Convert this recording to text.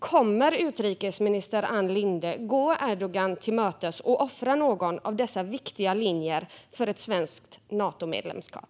Kommer utrikesminister Ann Linde att gå Erdogan till mötes och offra någon av dessa viktiga linjer för ett svenskt Natomedlemskap?